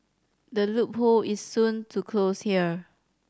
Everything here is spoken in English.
the loophole is soon to close here